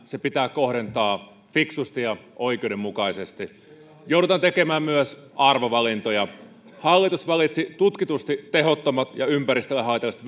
se pitää kohdentaa fiksusti ja oikeudenmukaisesti joudutaan tekemään myös arvovalintoja hallitus valitsi tutkitusti tehottomat ja ympäristölle haitalliset